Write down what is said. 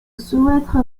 souhaite